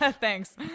Thanks